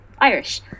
irish